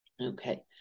okay